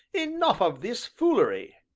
enough of this foolery!